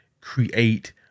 create